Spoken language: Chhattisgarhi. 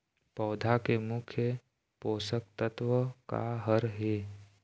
पौधा के मुख्य पोषकतत्व का हर हे?